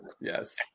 Yes